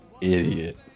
idiot